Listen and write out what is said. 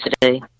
today